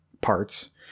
parts